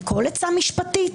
מכל עצה משפטית?